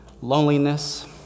loneliness